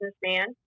businessman